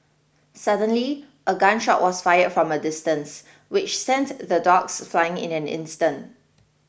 suddenly a gun shot was fired from a distance which sent the dogs fleeing in an instant